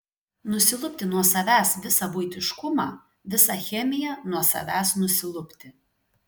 nusilupti nuo savęs visą buitiškumą visą chemiją nuo savęs nusilupti